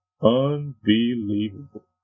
Unbelievable